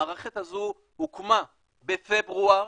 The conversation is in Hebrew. המערכת הזו הוקמה בפברואר,